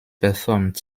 performed